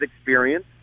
experience